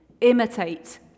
Imitate